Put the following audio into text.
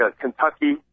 Kentucky